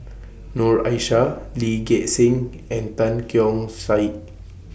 Noor Aishah Lee Gek Seng and Tan Keong Saik